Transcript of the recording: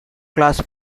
class